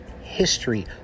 history